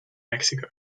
mexico